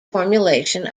formulation